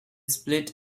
split